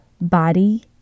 body